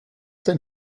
denn